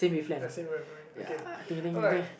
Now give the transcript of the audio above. I see my point okay alright